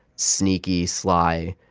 sneaky, sly,